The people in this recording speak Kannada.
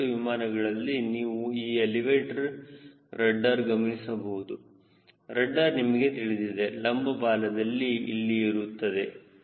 ಬಹಳಷ್ಟು ವಿಮಾನಗಳಲ್ಲಿ ನೀವು ಈ ಎಲಿವೇಟರ್ ರಡ್ಡರ್ ಗಮನಿಸಬಹುದು ರಡ್ಡರ್ ನಿಮಗೆ ತಿಳಿದಿದೆ ಲಂಬ ಬಾಲದಲ್ಲಿ ಇಲ್ಲಿ ರಡ್ಡರ್ ಇರುತ್ತದೆ